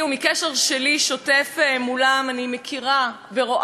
אני מכירה ורואה את השבר שהולך ונהיה,